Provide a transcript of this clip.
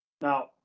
Now